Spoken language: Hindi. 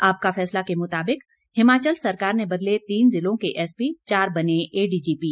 आपका फैसला के मुताबिक हिमाचल सरकार ने बदले तीन जिलों के एसपी चार बने एडीजीपी